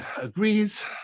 agrees